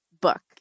book